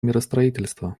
миростроительство